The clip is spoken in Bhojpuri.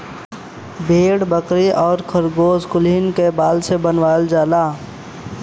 भेड़ बकरी आउर खरगोस कुलहीन क बाल से बनावल जाला